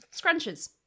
scrunches